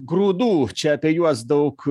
grūdų čia apie juos daug